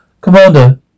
Commander